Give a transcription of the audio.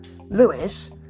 Lewis